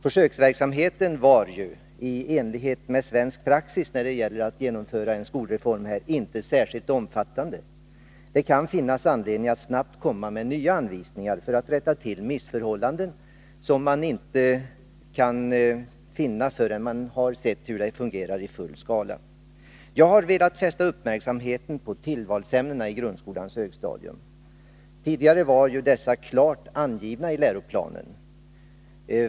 Försöksverksamheten var ju, i enlighet med svensk praxis när en skolreform genomförs, inte särskilt omfattande. Det kan finnas anledning att snabbt komma med nya anvisningar för att rätta till missförhållanden, som man inte kan finna förrän man sett hur verksamheten fungerar i full skala. Jag har velat fästa uppmärksamheten på tillvalsämnena i grundskolans högstadium. Tidigare var dessa klart angivna i läroplanen.